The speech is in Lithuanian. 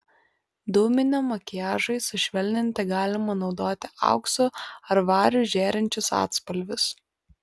dūminiam makiažui sušvelninti galima naudoti auksu ar variu žėrinčius atspalvius